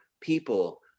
people